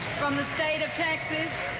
from the state of texas.